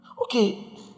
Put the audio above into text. Okay